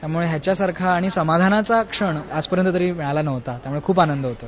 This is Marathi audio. त्यामुळे ह्याचासारखा आनि समाधानाचा क्षण आजपर्यंत तरी मिळाला नव्हता त्यामुळे खूप आनंद होत आहे